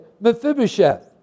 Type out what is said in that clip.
Mephibosheth